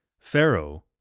Pharaoh